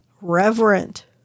reverent